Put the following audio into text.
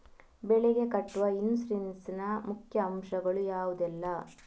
ಬೆಳೆಗೆ ಕಟ್ಟುವ ಇನ್ಸೂರೆನ್ಸ್ ನ ಮುಖ್ಯ ಅಂಶ ಗಳು ಯಾವುದೆಲ್ಲ?